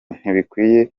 ntibikwiye